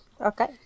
Okay